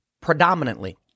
predominantly